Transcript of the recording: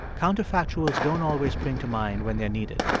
counterfactuals don't always spring to mind when they're needed.